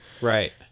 right